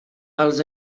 els